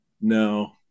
No